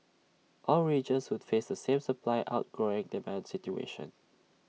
all regions would face the same supply outgrowing demand situation